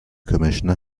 commissioner